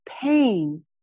pain